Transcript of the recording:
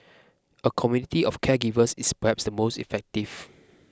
a community of caregivers is perhaps the most effective